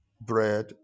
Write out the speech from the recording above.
bread